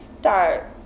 start